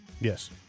Yes